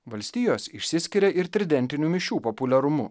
valstijos išsiskiria ir tridentinių mišių populiarumu